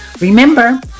Remember